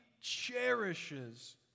cherishes